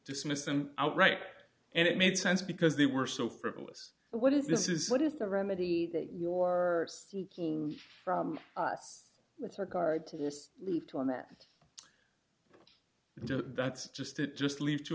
dismiss them outright and it made sense because they were so frivolous but what is this is what is the remedy that your seeking from us with regard to this leave to him that that's just it just leave to